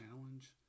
challenge